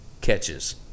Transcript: catches